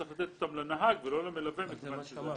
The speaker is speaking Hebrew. צריך לתת אותם לנהג ולא למלווה בגלל האחריות.